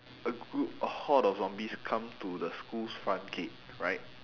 a group a horde of zombies come to the school's front gate right